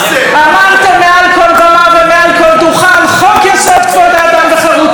אמרתם מעל כל במה ומעל כל דוכן: חוק-יסוד: כבוד האדם וחירותו.